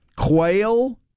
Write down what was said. quail